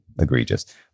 egregious